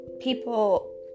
people